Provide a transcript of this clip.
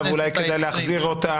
ואולי כדאי להחזיר אותה,